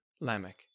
Lamech